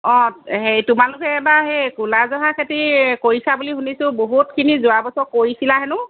অঁ হেৰি তোমালোকে এইবাৰ সেই ক'লা জহা খেতি কৰিছা বুলি শুনিছোঁ বহুতখিনি যোৱা বছৰ কৰিছিলা হেনো